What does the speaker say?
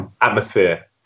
atmosphere